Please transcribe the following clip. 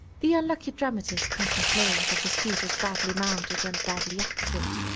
the unlucky dramatist can complain that his piece was badly mounted and badly acted.